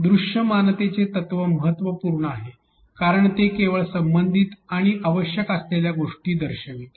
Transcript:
दृश्यमानतेचे तत्व महत्त्वपूर्ण आहे कारण ते केवळ संबंधित आणि आवश्यक असलेल्या गोष्टी दर्शवेल